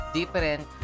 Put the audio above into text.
different